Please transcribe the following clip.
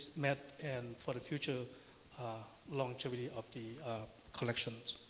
met and for the future longevity of the collections.